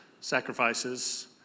sacrifices